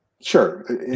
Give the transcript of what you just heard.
Sure